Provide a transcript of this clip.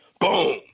Boom